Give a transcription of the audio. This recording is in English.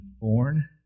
born